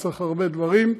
וצריך הרבה דברים.